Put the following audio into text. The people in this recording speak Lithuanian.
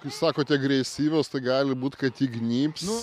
kai sakote agresyvios gali būt kad įgnybs